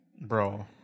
Bro